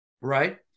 Right